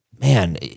Man